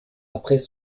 après